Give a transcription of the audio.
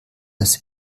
des